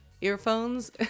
earphones